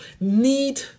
need